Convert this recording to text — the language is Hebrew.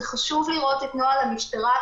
זה חשוב לראות את נוהל המשטרה,